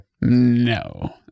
No